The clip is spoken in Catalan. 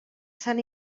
sant